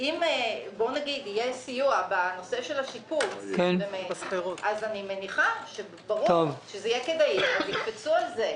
אם יהיה סיוע בשיפוץ אז ברור שזה יהיה כדאי ואז יקפצו על זה.